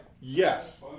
yes